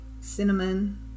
cinnamon